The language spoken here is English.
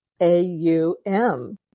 a-u-m